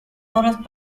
horas